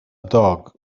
dog